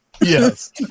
Yes